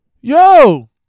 Yo